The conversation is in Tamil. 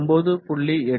9